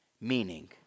meaning